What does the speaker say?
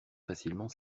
facilement